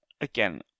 again